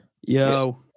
yo